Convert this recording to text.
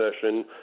session